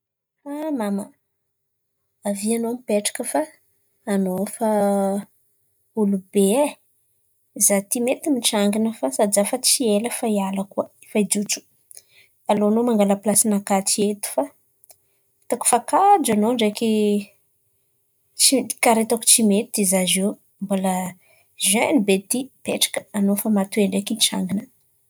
Ah mamà a, avia anao mipetraka fa anao efa olo-be e, izaho ity mety mitsangana fa sady izaho efa tsy ela efa hiala koa, efa hijotso. Alô anao mangàla plasy nakà ity eto fa hitako efa kajo anao ndraiky tsy karà hitako tsy mety izaho izy iô mbola zene be ity mipetraka anao efa matoe ndraiky mitsangana.